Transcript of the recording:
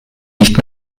nicht